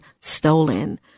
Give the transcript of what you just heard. stolen